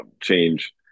change